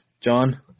John